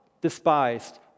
despised